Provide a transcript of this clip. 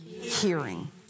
hearing